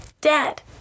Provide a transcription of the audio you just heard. Dad